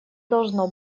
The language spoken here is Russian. должно